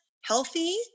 healthy